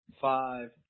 five